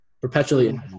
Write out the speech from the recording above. Perpetually